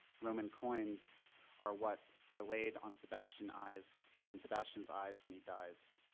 roman coins are what are laid on sebastian eyes on sebastian's eyes when he dies,